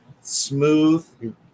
smooth